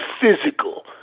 physical